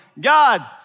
God